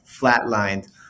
flatlined